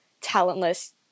talentless